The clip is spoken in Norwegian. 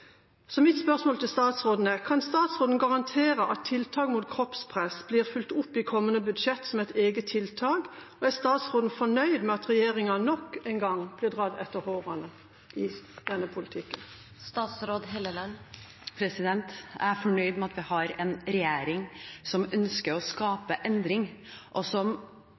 Mitt spørsmål til statsråden er: Kan statsråden garantere at tiltak mot kroppspress blir fulgt opp i kommende budsjett som et eget tiltak, og er statsråden fornøyd med at regjeringa nok en gang blir dradd etter håret i denne politikken? Jeg er fornøyd med at vi har en regjering som ønsker å skape endring, og som